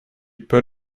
put